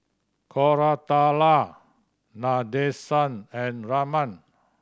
Koratala Nadesan and Raman